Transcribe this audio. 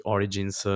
Origins